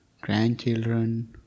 grandchildren